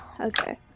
okay